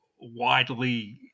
widely